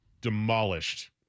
demolished